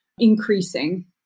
increasing